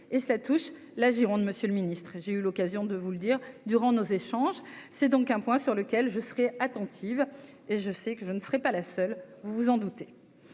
et cela touche la Gironde, Monsieur le Ministre, j'ai eu l'occasion de vous le dire durant nos échanges, c'est donc un point sur lequel je serai attentive et je sais que je ne ferais pas la seule, vous vous en doutez,